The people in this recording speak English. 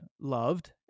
loved